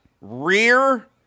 rear